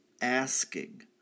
asking